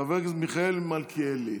חבר הכנסת מיכאל מלכיאלי.